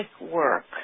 work